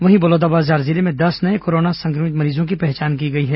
वहीं बलौदाबाजार जिले में दस नये कोरोना संक्रमित मरीजों की पहचान की गई है